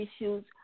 issues